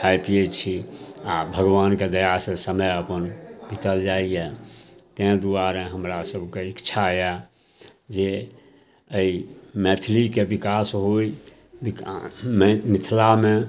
खाइ पिए छी आओर भगवानके दयासँ समय अपन बितल जाइए ताहि दुआरे हमरासभके इच्छा यऽ जे एहि मैथिलीके विकास होइ वि मै मिथिलामे